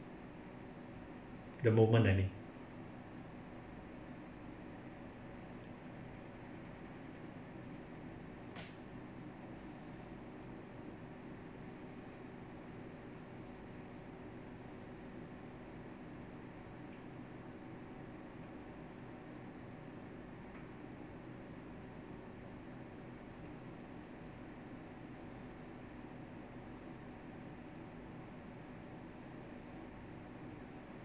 the moment I mean